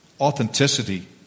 Authenticity